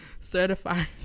Certified